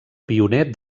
pioner